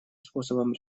способом